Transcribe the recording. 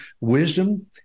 wisdom